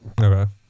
Okay